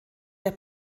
der